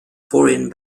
foreign